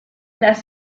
las